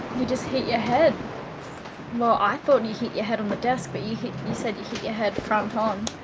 you just hit your head well, i thought you hit your head on the desk, but you you hit you said you hit your head front on